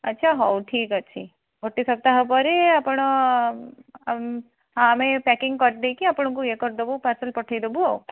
ଆଚ୍ଛା ହଉ ଠିକ୍ ଅଛି ଗୋଟେ ସପ୍ତାହ ପରେ ଆପଣ ଆମେ ପ୍ୟାକିଂ କରିଦେଇକି ଆପଣଙ୍କୁ ଇଏ କରିଦେବୁ ପାର୍ସଲ ପଠାଇଦେବୁ ଆଉ